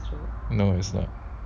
no it's not